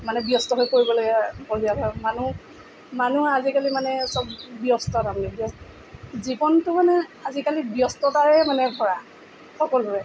মানে ব্যস্ত হৈ পৰিব লাগে পৰিয়ালৰ মানুহ মানুহ আজিকালি মানে চব ব্যস্ত তাৰমানে জীৱনটো মানে আজিকালি ব্যস্ততাৰে মানে ভৰা সকলোৰে